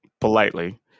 politely